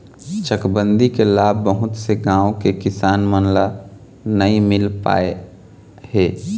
चकबंदी के लाभ बहुत से गाँव के किसान मन ल नइ मिल पाए हे